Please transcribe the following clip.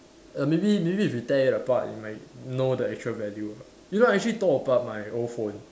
err maybe maybe if we tear it apart it might know the extra value ah you know I actually tore apart my old phone